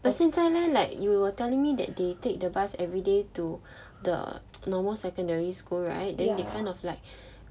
but 现在 leh like you were telling me that they take the bus everyday to the normal secondary school right then they kind of like